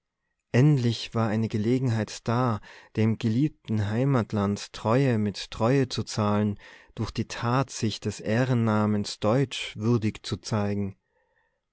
endlich war eine gelegenheit da dem geliebten heimatland treue mit treue zu zahlen durch die tat sich des ehrennamens deutsch würdig zu zeigen